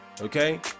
okay